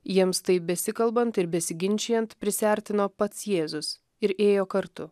jiems taip besikalbant ir besiginčijant prisiartino pats jėzus ir ėjo kartu